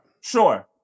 Sure